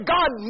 God